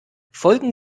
folgen